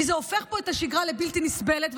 כי זה הופך פה את השגרה לבלתי נסבלת,